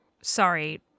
Sorry